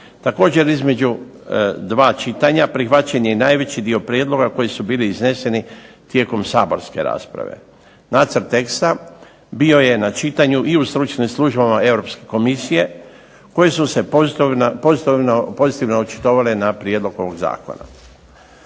Također između dva čitanja prihvaćen je najveći dio prijedloga koji su bili izneseni tijekom saborske rasprave. Nacrt teksta bio je na čitanju i u stručnim službama Europske Komisije, koje su se pozitivno očitovale na prijedlog ovog zakona.